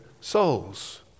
souls